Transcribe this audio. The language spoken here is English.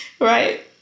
right